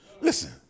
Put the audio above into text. Listen